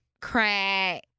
crack